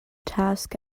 task